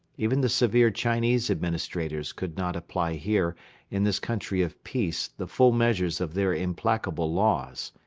even the severe chinese administrators could not apply here in this country of peace the full measure of their implacable laws.